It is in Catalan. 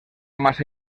massa